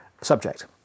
subject